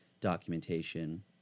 documentation